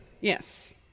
Yes